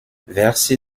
versé